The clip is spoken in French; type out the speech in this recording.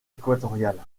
équatoriale